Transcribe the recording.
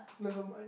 nevermind